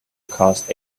cost